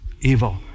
evil